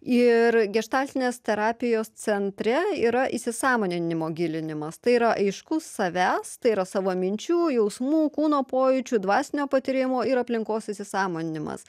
ir geštaltinės terapijos centre yra įsisąmoninimo gilinimas tai yra aiškus savęs tai yra savo minčių jausmų kūno pojūčių dvasinio patyrimo ir aplinkos įsisąmoninimas